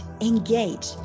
engage